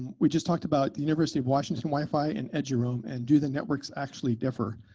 we just talked about the university of washington wi-fi and eduroam and do the networks actually differ?